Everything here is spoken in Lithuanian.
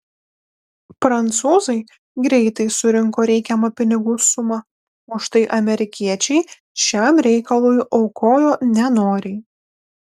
prancūzai greitai surinko reikiamą pinigų sumą o štai amerikiečiai šiam reikalui aukojo nenoriai